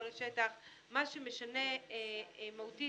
מה שמשנה מהותית,